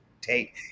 take